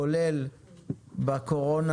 כולל בקורונה.